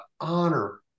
honor